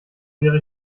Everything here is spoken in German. wäre